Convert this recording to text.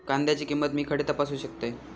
कांद्याची किंमत मी खडे तपासू शकतय?